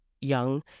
young